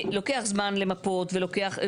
לוקח זמן למפות ולוקח,